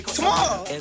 Tomorrow